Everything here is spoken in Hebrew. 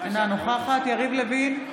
אינה נוכחת יריב לוין,